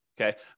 Okay